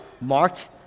marked